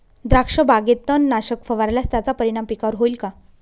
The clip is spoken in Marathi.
द्राक्षबागेत तणनाशक फवारल्यास त्याचा परिणाम पिकावर होईल का?